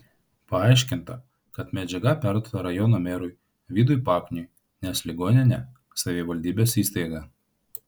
paaiškinta kad medžiaga perduota rajono merui vydui pakniui nes ligoninė savivaldybės įstaiga